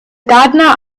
gardener